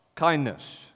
Kindness